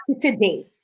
today